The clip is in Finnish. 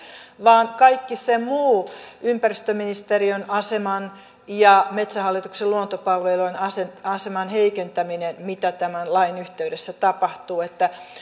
vaan kaikki se muu ympäristöministeriön aseman ja metsähallituksen luontopalvelujen aseman aseman heikentäminen mitä tämän lain yhteydessä tapahtuu